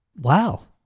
Wow